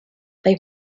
they